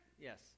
yes